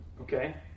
Okay